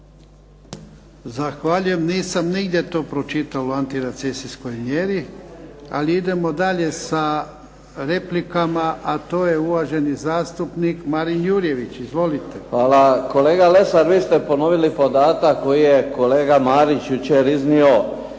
Zahvaljujem, nisam nigdje to pročitao u antirecesijskoj mjeri. Ali idemo dalje sa replikama, uvaženi zastupnik Marin Jurjević. Izvolite. **Jurjević, Marin (SDP)** Kolega Lesar vi ste ponovili podatak koji je jučer kolega Marić iznio